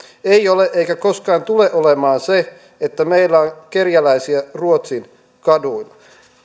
ei ole eikä koskaan tule olemaan se että meillä on kerjäläisiä ruotsin kaduilla